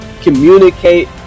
Communicate